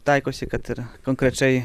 taikosi kad ir konkrečiai